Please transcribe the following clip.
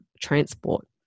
transport